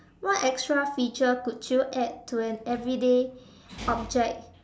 what extra feature could you add to an everyday object